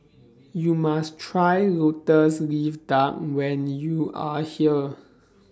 YOU must Try Lotus Leaf Duck when YOU Are here